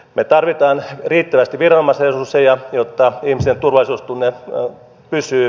me tarvitsemme riittävästi viranomaisresursseja jotta ihmisten turvallisuudentunne pysyy